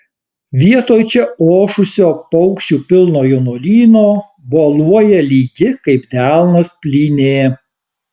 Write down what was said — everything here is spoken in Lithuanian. vietoj čia ošusio paukščių pilno jaunuolyno boluoja lygi kaip delnas plynė